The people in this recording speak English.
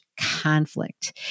conflict